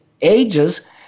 ages